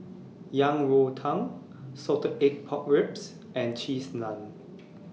Yang Rou Tang Salted Egg Pork Ribs and Cheese Naan